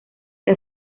que